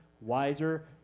wiser